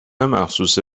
مخصوص